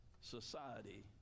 society